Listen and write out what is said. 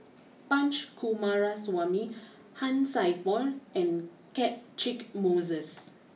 Punch Coomaraswamy Han Sai Por and Catchick Moses